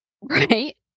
Right